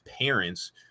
parents